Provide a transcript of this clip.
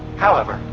however,